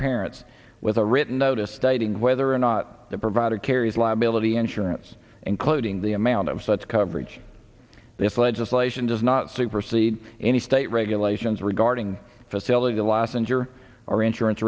parents with a written notice stating whether or not the provider carries liability insurance including the amount of such coverage this legislation does not supersede any state regulations regarding facility last and your are insurance